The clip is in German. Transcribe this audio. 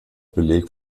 beleg